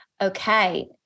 Okay